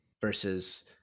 Versus